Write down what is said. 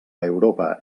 europa